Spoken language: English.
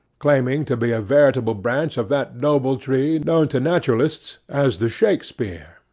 claiming to be a veritable branch of that noble tree known to naturalists as the shakspeare,